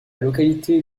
localité